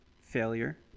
failure